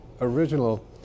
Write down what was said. original